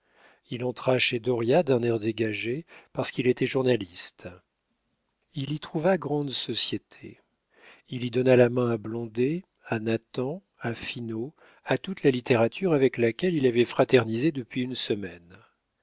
il entra chez dauriat d'un air dégagé parce qu'il était journaliste il y trouva grande société il y donna la main à blondet à nathan à finot à toute la littérature avec laquelle il avait fraternisé depuis une semaine